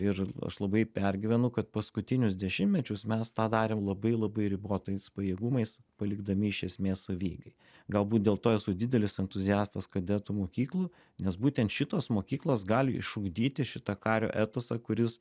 ir aš labai pergyvenu kad paskutinius dešimečius mes tą darėm labai labai ribotais pajėgumais palikdami iš esmės savieigai galbūt dėl to esu didelis entuziastas kadetų mokyklų nes būtent šitos mokyklos gali išugdyti šitą kario etosą kuris